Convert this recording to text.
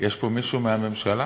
יש פה מישהו מהממשלה?